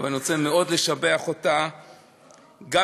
אבל אני רוצה לשבח אותה מאוד.